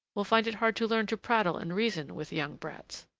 will find it hard to learn to prattle and reason with young brats.